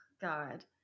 God